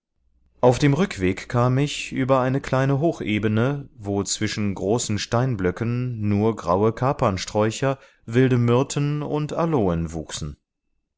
auf dem rückweg kam ich über eine kleine hochebene wo zwischen großen steinblöcken nur graue kapernsträucher wilde myrten und aloen wuchsen